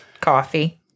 coffee